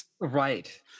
right